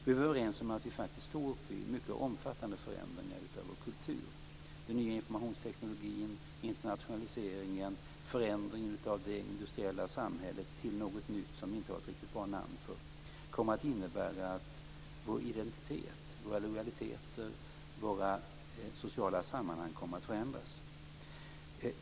Vi var överens om att vi faktiskt står inför mycket omfattande förändringar av vår kultur. Den nya informationstekniken, internationaliseringen och förändringen av det industriella samhället till något nytt som vi inte har ett riktigt bra namn för kommer att innebära att vår identitet, våra lojaliteter och våra sociala sammanhang kommer att förändras.